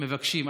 מבקשים.